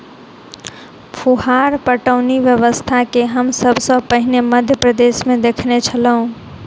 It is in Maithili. फुहार पटौनी व्यवस्था के हम सभ सॅ पहिने मध्य प्रदेशमे देखने छलौं